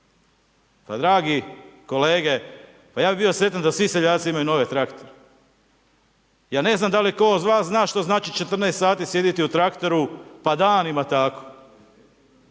Dragi kolege, ja bi bio sretan da svi seljaci imaju nove traktore. Ja ne znam da li tko od vas zna, 14 sati sjediti u traktoru pa danima tako.